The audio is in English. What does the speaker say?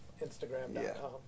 Instagram.com